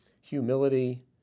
humility